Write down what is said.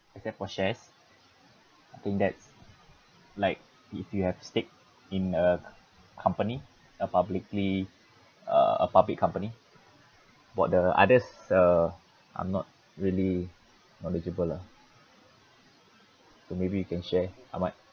except for shares I think that's like if you have stake in a c~ company a publicly uh a public company about the others uh I'm not really knowledgeable lah so maybe you can share ahmad